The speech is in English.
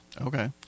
Okay